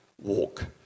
walk